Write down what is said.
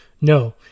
No